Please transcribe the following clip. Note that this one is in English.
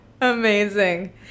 Amazing